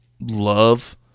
love